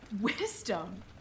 Wisdom